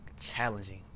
challenging